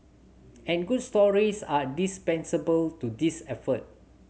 and good stories are dispensable to this effort